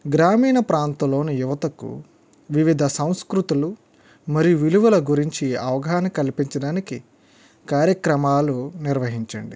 గ్రామీణ ప్రాంతంలోని యువతకు వివిధ సంస్కృతులు మరియు విలువలు గురించి అవగాహన కల్పించడానికి కార్యక్రమాలు నిర్వహించండి